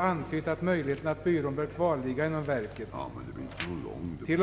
antytt möjligheten att byrån skulle ligga kvar inom verket. T. o. m.